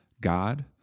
God